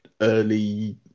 early